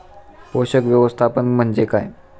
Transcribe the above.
पोषक व्यवस्थापन म्हणजे काय?